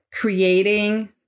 creating